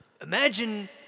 Imagine